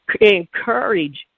Encourage